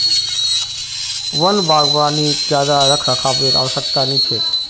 वन बागवानीत ज्यादा रखरखावेर आवश्यकता नी छेक